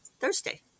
Thursday